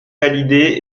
validées